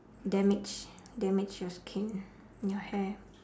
damage damage your skin your hair